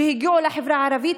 הגיעו לחברה הערבית.